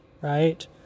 right